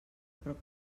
prop